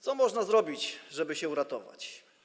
Co można zrobić, żeby się uratować?